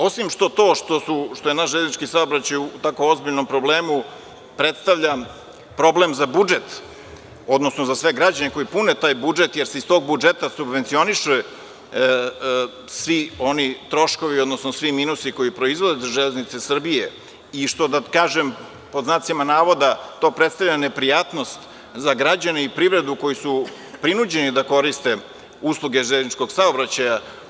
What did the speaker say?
Osim što je naš železnički saobraćaj u tako ozbiljnom problemu, predstavljam problem za budžet, odnosno za sve građane koji pune taj budžet, jer se iz tog budžeta subvencionišu svi oni troškovi, odnosno svi minusi koji se proizvode iz „Železnice Srbije“ i što da kažem, pod znacima navoda, to predstavalja neprijatnost za građane i privredu koji su prinuđeni da koriste usluge železničkog saobraćaja.